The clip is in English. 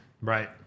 Right